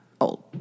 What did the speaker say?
old